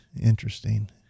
Interesting